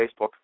Facebook